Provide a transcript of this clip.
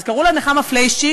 קראו לה נחמה פליישצ'יק.